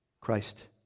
Christ